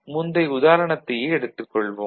முந்தைய உதாரணத்தையே எடுத்துக் கொள்வோம்